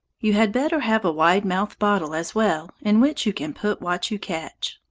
you had better have a wide-mouthed bottle as well in which you can put what you catch.